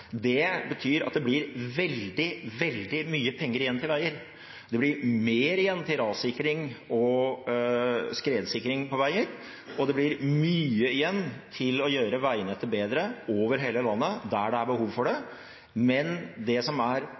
Det betyr at det blir veldig mye penger igjen til veier. Det blir mer igjen til rassikring og skredsikring på veier, og det blir mye igjen til å gjøre veinettet bedre over hele landet, der det er behov for det. Men det som er